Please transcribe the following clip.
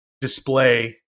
display